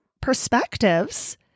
perspectives